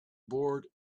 bored